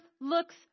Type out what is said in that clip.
looks